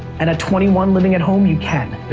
and at twenty one living at home, you can.